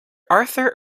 arthur